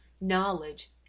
knowledge